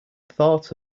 thought